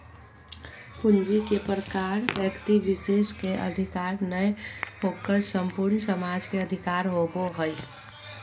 पूंजी के प्रकार व्यक्ति विशेष के अधिकार नय होकर संपूर्ण समाज के अधिकार होबो हइ